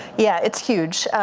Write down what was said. yeah, it's huge.